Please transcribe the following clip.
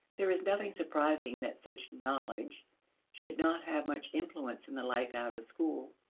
there is nothing surprising that such knowledge should not have much influence in the life out of school.